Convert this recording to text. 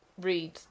read